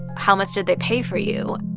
how much did they pay for you?